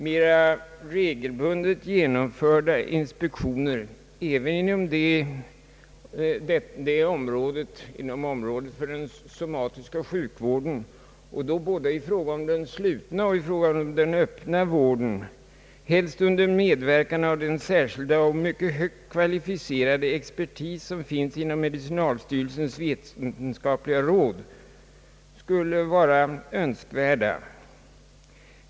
Mera regelbundet genomförda inspektioner, även inom området för den somatiska sjukvården, och då både i fråga om den slutna och den öppna vården, helst under medverkan av den särskilda och mycket högt kvalificerade expertis som finns inom medicinalstyrelsens vetenskapliga råd, skulle vara önskvärda.